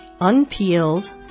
unpeeled